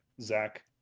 Zach